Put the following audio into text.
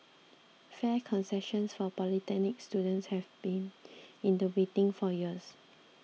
fare concessions for polytechnic students have been in the waiting for years